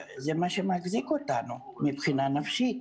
זה מה שמחזיק אותנו מבחינה נפשית: